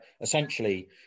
essentially